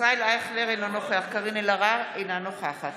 ישראל אייכלר, אינו נוכח קארין אלהרר, אינה נוכחת